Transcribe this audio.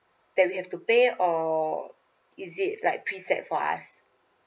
that we have to pay or is it like preset for us